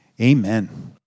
Amen